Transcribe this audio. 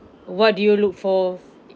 what do you look for